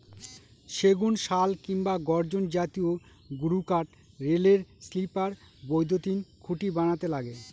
সেগুন, শাল কিংবা গর্জন জাতীয় গুরুকাঠ রেলের স্লিপার, বৈদ্যুতিন খুঁটি বানাতে লাগে